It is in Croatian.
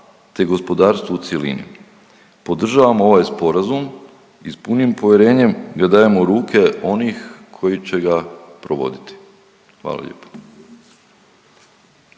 te gospodarstvu u cjelini. Podržavamo ovaj sporazum i s punim povjerenjem ga dajemo u ruke onih koji će ga provoditi. Hvala lijepo.